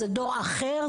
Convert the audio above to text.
זה דור אחר,